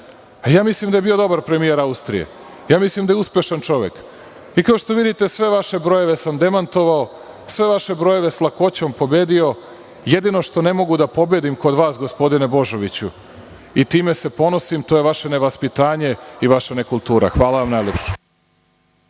Ja mislim da je bio dobar premijer Austrije. Mislim da je uspešan čovek. Kao što vidite, sve vaše brojeve sam demantovao, sve vaše brojeve sa lakoćom pobedio, jedino što ne mogu da pobedim kod vas gospodine Božoviću i time se ponosim, to je vaše nevaspitanje i vaša nekultura. Hvala vam najlepše.